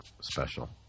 special